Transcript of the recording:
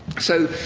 so,